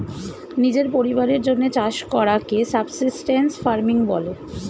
নিজের পরিবারের জন্যে চাষ করাকে সাবসিস্টেন্স ফার্মিং বলে